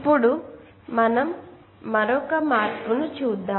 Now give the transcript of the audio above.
ఇప్పుడు మనం మరొక మార్పును చూద్దాం